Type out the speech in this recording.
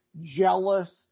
jealous